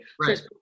Right